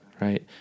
right